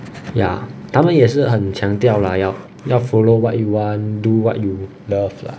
ya 他们也是很强调啦要要 follow what you want do what you love lah